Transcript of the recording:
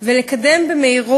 אז תירגע,